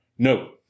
No